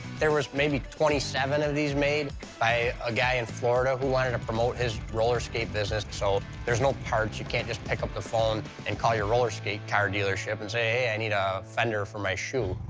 there was maybe twenty seven of these made by a guy in florida who wanted to promote his roller skate business, so there's no parts. you can't just pick up the phone and call your roller skate car dealership and say, hey, i need a fender for my shoe.